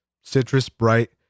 citrus-bright